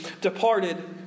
departed